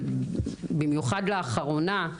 ובמיוחד לאחרונה,